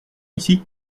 ici